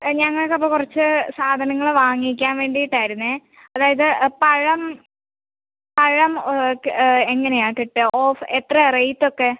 ഞങ്ങൾക്കപ്പം കുറച്ചു സാധനങ്ങൾ വാങ്ങിക്കാൻ വേണ്ടീട്ടായിരുന്നേ അതായത് പഴം പഴം ക് എങ്ങനെയാണ് കിട്ടുക ഓഫർ എത്രാ റേറ്റൊക്കെ